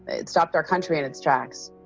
it stopped our country in its tracks.